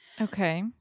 Okay